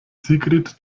sigrid